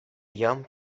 jam